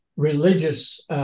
religious